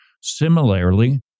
Similarly